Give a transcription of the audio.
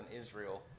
Israel